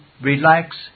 relax